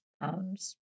pounds